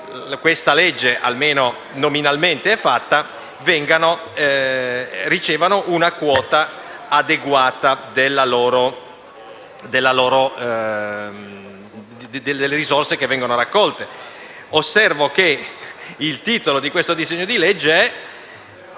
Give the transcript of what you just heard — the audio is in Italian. di legge - almeno nominalmente - è fatto, ricevano una quota adeguata delle risorse che vengono raccolte. Osservo che il titolo del disegno di legge,